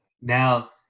Now